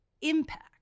impact